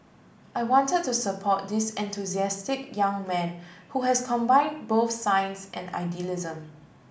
I wanted to support this enthusiastic young man who has combined both science and idealism